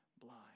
blind